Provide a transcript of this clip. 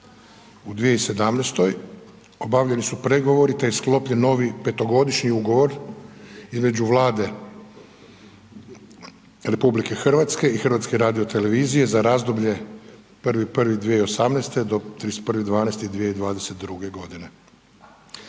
U 2017. obavljeni su pregovori te je sklopljen novi petogodišnji ugovor između Vlade RH i HRT-a za razdoblje 1.1.2018. do 31.12.2022. godine,